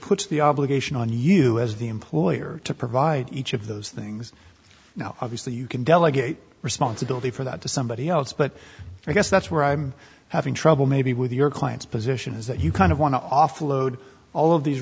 puts the obligation on you as the employer to provide each of those things now obviously you can delegate responsibility for that to somebody else but i guess that's where i'm having trouble maybe with your client's position is that you kind of want to offload all of these